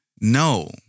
No